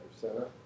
Center